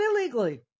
illegally